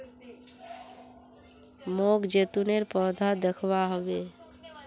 मोक जैतूनेर पौधा दखवा ह बे